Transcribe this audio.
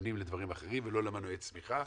מתכוונים לדברים אחרים ולא למנועי צמיחה.